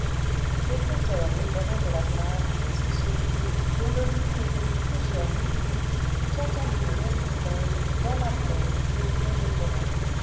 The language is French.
les conteurs riverains de la save disent que ce baiser dont le prix était de plusieurs millions fut entendu le long du fleuve dans la plaine et au fond des forêts